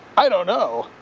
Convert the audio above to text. i don't know!